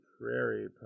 prairie